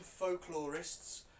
folklorists